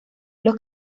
los